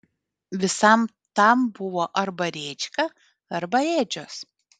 visam tam buvo arba rėčka arba ėdžios